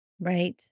Right